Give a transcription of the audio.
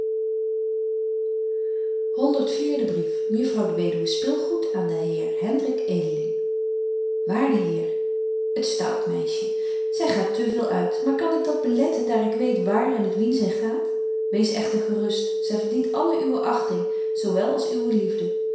mejuffrouw de weduwe spilgoed aan den heer hendrik edeling waarde heer het stout meisje zy gaat te veel uit maar kan ik dat beletten daar ik weet waar en met wien zy gaat wees echter gerust zy verdient alle uwe achting zo wel als alle uwe liefde